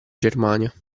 germania